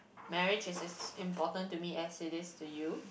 marriage is as important to me as it is to you